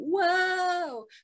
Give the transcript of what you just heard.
whoa